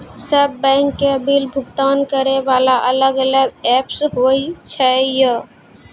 सब बैंक के बिल भुगतान करे वाला अलग अलग ऐप्स होय छै यो?